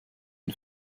den